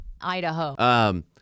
Idaho